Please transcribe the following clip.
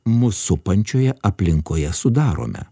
mus supančioje aplinkoje sudarome